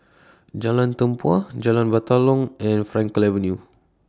Jalan Tempua Jalan Batalong and Frankel Avenue